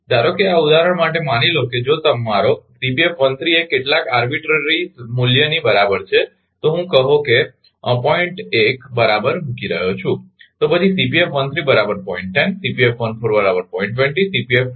ધારો કે આ ઉદાહરણ માટે માની લો કે જો મારો એ કેટલાક આરબીટ્રરી મૂલ્યની બરાબર છે તો હું કહો કે 0